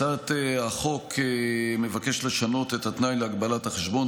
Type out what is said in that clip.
הצעת החוק מבקשת לשנות את התנאי להגבלת החשבון